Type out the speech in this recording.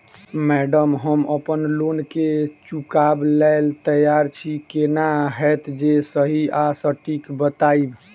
Madam हम अप्पन loan केँ चुकाबऽ लैल तैयार छी केना हएत जे सही आ सटिक बताइब?